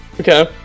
Okay